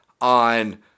on